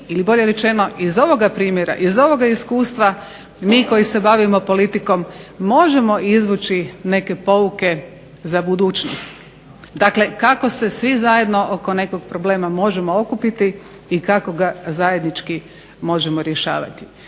ili bolje rečeno, iz ovoga primjera iz ovoga iskustva, mi koji se bavimo politikom možemo izvući neke pouke za budućnost. Dakle, kako se svi zajedno oko nekog problema možemo okupiti i kako ga zajednički možemo rješavati.